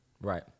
Right